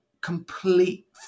complete